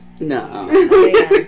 No